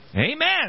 Amen